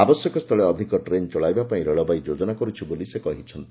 ଆବଶ୍ୟକ ସ୍ଥଳେ ଅଧିକ ଟ୍ରେନ୍ ଚଳାଇବା ପାଇଁ ରେଳବାଇ ଯୋଜନା କରୁଛି ବୋଲି ସେ କହିଛନ୍ତି